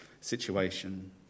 situation